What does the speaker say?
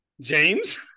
James